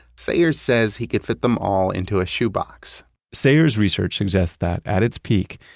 sayers says he can fit them all into a shoebox sayers' research suggests that at its peak,